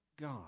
God